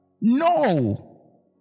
No